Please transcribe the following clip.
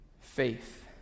Faith